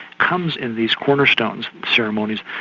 comes in these cornerstone ceremonies,